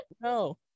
No